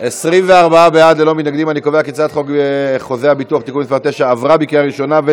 את הצעת חוק חוזה הביטוח (תיקון מס' 9) (קביעת